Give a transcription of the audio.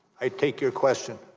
i take your question